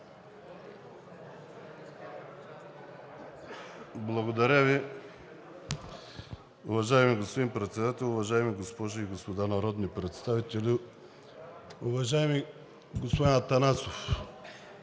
Благодаря Ви. Уважаеми господин Председател, уважаеми госпожи и господа народни представители! Уважаеми господин Атанасов,